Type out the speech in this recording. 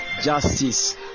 Justice